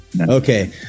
Okay